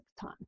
time